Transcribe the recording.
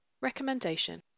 Recommendation